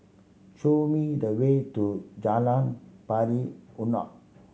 show me the way to Jalan Pari Unak